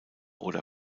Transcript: oder